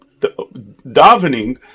davening